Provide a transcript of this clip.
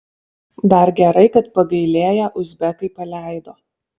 dar gerai kad pagailėję uzbekai paleido